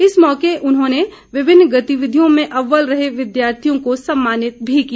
इस मौके पर उन्होंने विभिन्न गतिविधियों में अव्वल रहे विद्यार्थियों को सम्मानित भी किया